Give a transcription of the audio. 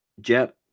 jet